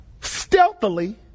stealthily